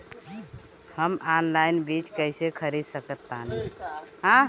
हम ऑनलाइन बीज कईसे खरीद सकतानी?